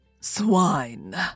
Swine